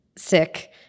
sick